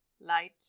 light